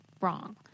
wrong